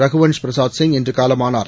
ரகுவன்ஷ்பிரசாத்சிங்இன் றுகாலமானார்